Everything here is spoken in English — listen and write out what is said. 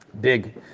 big